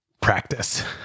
practice